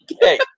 Hey